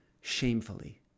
shamefully